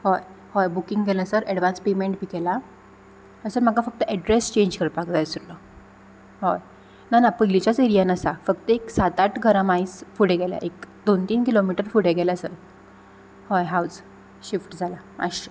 हय हय बुकींग केला सर एडवान्स पेमँट बी केला आं सर म्हाका फक्त एड्रॅस चेंज करपाक जाय आसुल्लो हय ना ना पयलीच्याच एरयान आसा फक्त एक सात आठ घरां मायस फुडें गेल्या एक दोन तीन किलोमिटर फुडें गेल्या सर हय हावज शिफ्ट जालां मातशें